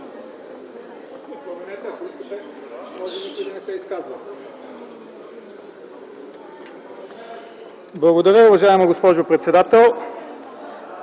Благодаря, уважаема госпожо председател.